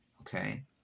okay